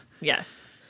Yes